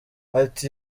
ati